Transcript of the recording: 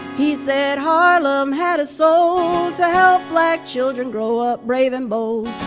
he said harlem had a soul, to help black children grow up brave and bold,